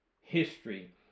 history